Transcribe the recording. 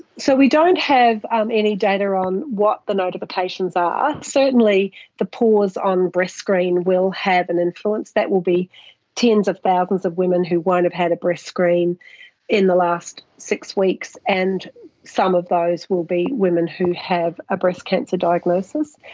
so we don't have um any data on what the notifications are. certainly the pause on breast screen will have an influence, that would be tens of thousands of women who won't have had a breast screen in the last six weeks, and some of those will be women who have a breast cancer diagnosis.